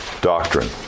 doctrine